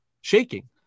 shaking